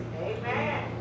Amen